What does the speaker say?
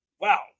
Wow